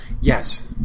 Yes